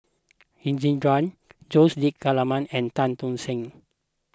Jose D'Almeida and Tan Tock San